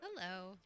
Hello